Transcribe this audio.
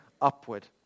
upward